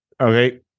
okay